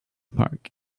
park